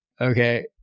Okay